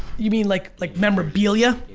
you mean like like memorabilia,